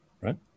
right